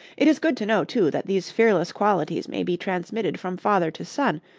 it is good to know, too that these fearless qualities may be transmitted from father to son,